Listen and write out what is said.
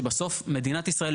שבסוף מדינת ישראל,